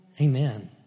Amen